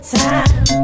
time